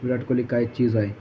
विराट कोहली काय चीज आहे